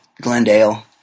Glendale